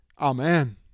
Amen